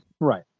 Right